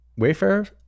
Wayfair